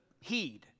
heed